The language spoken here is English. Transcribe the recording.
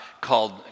called